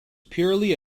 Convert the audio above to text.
purely